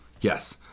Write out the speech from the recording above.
yes